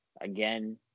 Again